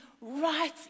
right